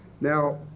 Now